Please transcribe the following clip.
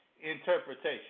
interpretation